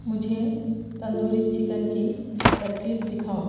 مجھے تندوری چکن کی ترکیب دکھاؤ